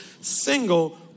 single